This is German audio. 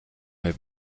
mir